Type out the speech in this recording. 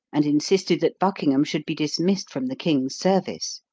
and insisted that buckingham should be dismissed from the king's service.